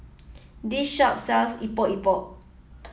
this shop sells Epok Epok